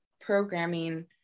programming